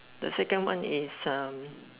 the second one is